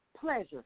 pleasure